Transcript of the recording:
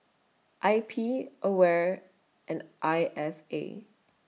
I P AWARE and I S A